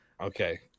Okay